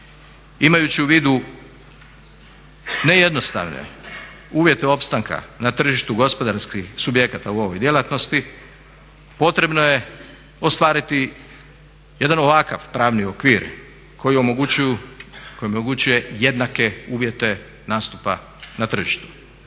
Imajući u vidu ne jednostavne uvjete opstanka na tržištu gospodarskih subjekata u ovoj djelatnosti potrebno je ostvariti jedan ovakav pravni okvir koji omogućuju, koji omogućuje jednake uvjete nastupa na tržištu.